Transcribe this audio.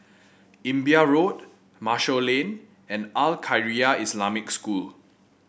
Imbiah Road Marshall Lane and Al Khairiah Islamic School